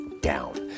down